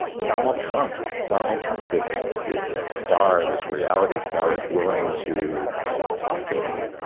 donald trump. donald trump. this this star this reality star is willing to talk to me.